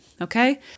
Okay